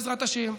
בעזרת השם.